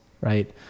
right